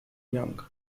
young